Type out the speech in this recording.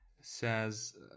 says